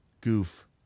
goof